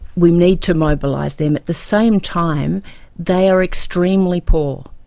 we need to mobilise them. at the same time they are extremely poor,